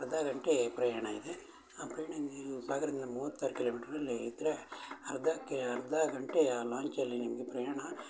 ಅರ್ಧ ಗಂಟೆ ಪ್ರಯಾಣ ಇದೆ ಆ ಪ್ರಯಾಣ ನೀವು ಸಾಗರದಿಂದ ಮೂವತ್ತಾರು ಕಿಲೋಮೀಟರಲ್ಲಿ ಇದ್ದರೆ ಅರ್ಧಕ್ಕೆ ಅರ್ಧ ಗಂಟೆ ಆ ಲಾಂಚಲ್ಲಿ ನಿಮಗೆ ಪ್ರಯಾಣ